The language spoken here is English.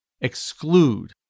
exclude